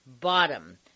bottom